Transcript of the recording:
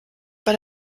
bei